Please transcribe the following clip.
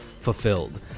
fulfilled